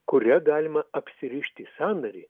kuria galima apsirišti sąnarį